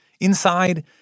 Inside